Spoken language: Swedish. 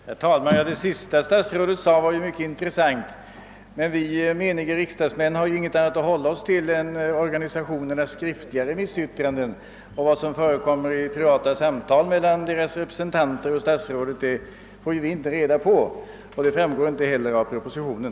Herr talman! Det senaste statsrådet sade var mycket intressant. Men vi menige riksdagsmän har ju ingenting annat att hålla oss till än organisationernas skriftliga remissyttranden. Vad som förekommer vid privata samtal mellan deras representanter och statsrådet får vi inte reda på och det framgår inte heller av propositionen.